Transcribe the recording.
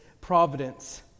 providence